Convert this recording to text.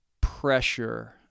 pressure